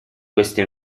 queste